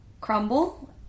crumble